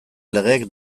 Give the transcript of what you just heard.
legeek